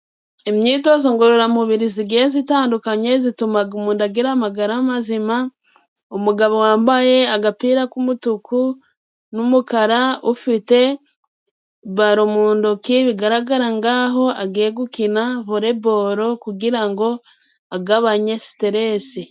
Imyitozo ngororamubiri zigiye zitandukanye zitumaga umuntu agira amagara mazima. Umugabo wambaye agapira k'umutuku n'umukara, ufite baro mu ntoki bigaragara ng'aho agiye gukina voleboro, kugira ngo agabanye siterese.